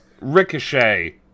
Ricochet